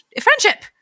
friendship